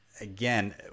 Again